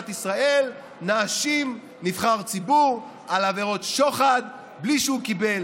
ישראל נאשים נבחר ציבור על עבירות שוחד בלי שהוא קיבל